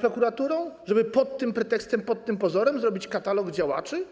prokuraturą, żeby pod tym pretekstem, pod tym pozorem zrobić katalog działaczy?